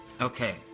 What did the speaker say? Okay